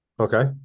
Okay